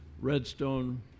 Redstone